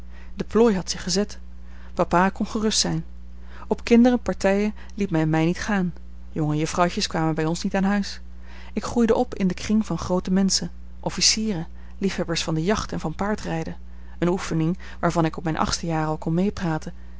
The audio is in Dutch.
de plooi had zich gezet papa kon gerust zijn op kinderenpartijen liet men mij niet gaan jongejuffrouwtjes kwamen bij ons niet aan huis ik groeide op in den kring van groote menschen officieren liefhebbers van de jacht en van paardrijden eene oefening waarvan ik op mijn achtste jaar al kon meepraten